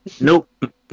nope